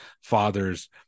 fathers